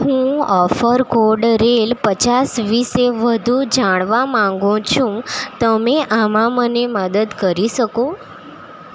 હું offer code rail પચાસ વિશે વધુ જાણવા માંગુ છું તમે આમાં મને મદદ કરી શકો